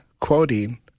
quoting